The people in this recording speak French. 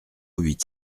huit